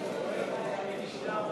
התשע"ה 2014,